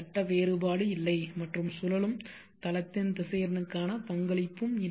கட்ட வேறுபாடு இல்லை மற்றும் சுழலும் தளத்தின் திசையனுக்கான பங்களிப்பும் இல்லை